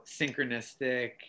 synchronistic